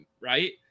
right